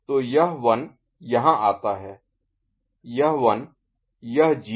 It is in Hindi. तो यह 1 यहाँ आता है यह 1 यह 0 और यह 0